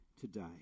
today